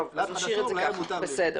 בסדר.